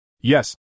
Yes